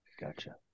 Gotcha